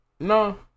No